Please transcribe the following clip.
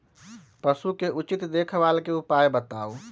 पशु के उचित देखभाल के उपाय बताऊ?